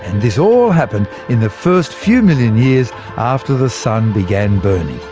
this all happened in the first few million years after the sun began burning.